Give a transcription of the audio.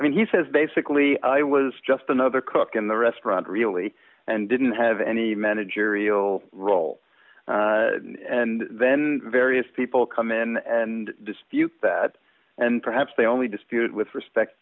i mean he says basically i was just another cook in the restaurant really and didn't have any managerial role and then various people come in and dispute that and perhaps they only dispute with respect